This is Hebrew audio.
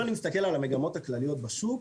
אם אני מסתכל על המגמות הכלליות בשוק,